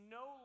no